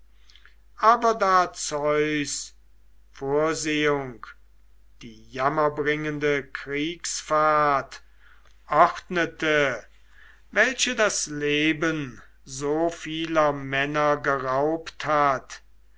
aber da zeus vorsehung die jammerbringende kriegsfahrt ordnete welche das leben so vieler männer geraubt hat